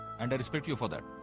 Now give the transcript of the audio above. and i respect you for that.